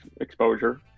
exposure